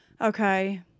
Okay